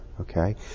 Okay